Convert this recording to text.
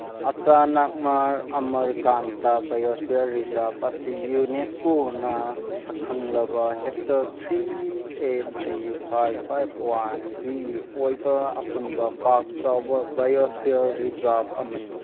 Achanakmar Amarkantak biosphere reserve ꯑꯁꯤ ꯌꯨꯅꯦꯁꯀꯣꯅ ꯁꯛꯈꯪꯂꯕ hectare three eight three five five ꯋꯥꯟꯒꯤ ꯑꯣꯏꯕ ꯑꯄꯨꯟꯕ ꯄꯥꯛ ꯆꯥꯎꯕ ꯕꯥꯏꯌꯣꯁꯐꯤꯌꯔ ꯔꯤꯖꯥꯞ ꯑꯃꯅꯤ